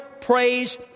praise